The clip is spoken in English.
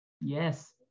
yes